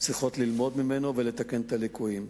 צריכים ללמוד ממנו ולתקן את הליקויים.